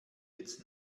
jetzt